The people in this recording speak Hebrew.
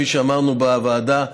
כפי שאמרנו בוועדה,